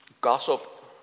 Gossip